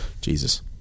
Jesus